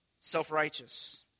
self-righteous